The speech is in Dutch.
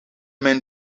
men